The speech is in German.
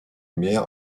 mehr